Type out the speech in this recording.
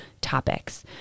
topics